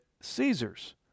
Caesar's